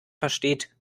versteht